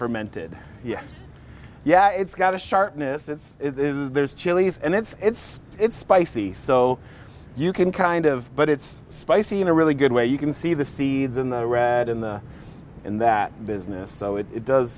fermented yeah yeah it's got a sharpness it's there's chiles and it's it's spicy so you can kind of but it's spicy in a really good way you can see the seeds in the red in the in that business so it does